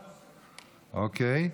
אוקיי.